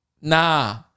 Nah